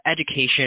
education